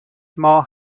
ماه